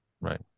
right